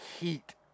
heat